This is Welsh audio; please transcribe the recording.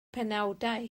penawdau